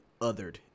othered